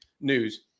news